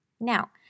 Now